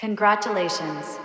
Congratulations